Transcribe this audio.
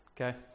Okay